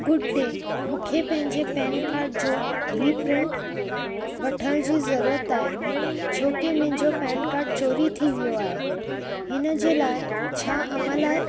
good day मूंखे पंहिंजे PAN card जो रीप्रिंट वठण जी ज़रूरत आहे छो की मुंहिंजो पेन कार्ड चोरी थी वियो आहे हिन जे लाइ छा अमल आहे